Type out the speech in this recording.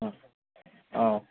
औ